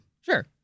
Sure